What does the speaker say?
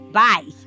bye